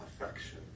affection